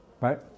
Right